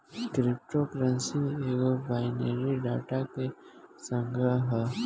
crypto currency एगो binary data के संग्रह ह